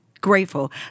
grateful